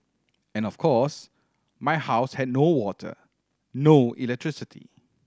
and of course my house had no water no electricity